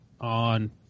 on